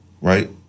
right